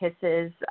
kisses